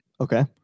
Okay